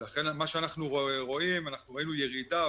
ראינו ירידה